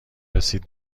رسید